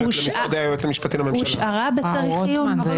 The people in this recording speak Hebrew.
שבהם הרשות המכוננת תעשה שימוש לרעה בסמכות הזאת.